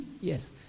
Yes